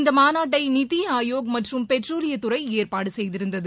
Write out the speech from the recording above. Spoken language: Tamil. இந்தமாநாட்டைநித்திஆயோக் மற்றும் பெட்ரோலியத் துறைஏற்பாடுசெய்திருந்தது